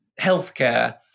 Healthcare